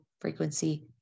frequency